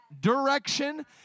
direction